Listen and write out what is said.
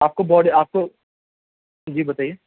آپ کو باڈی آپ کو جی بتائیے